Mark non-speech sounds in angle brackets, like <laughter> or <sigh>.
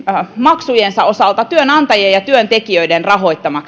maksujensa osalta työnantajien ja työntekijöiden rahoittamaan <unintelligible>